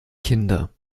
kinder